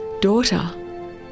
Daughter